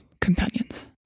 companions